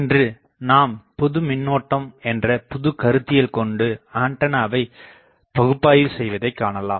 இன்று நாம் பொது மின்னோட்டம் என்ற புதுக் கருத்தியல் கொண்டு ஆண்டனாவை பகுப்பாய்வு செய்வதைக் காணலாம்